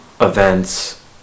events